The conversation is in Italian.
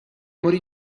morì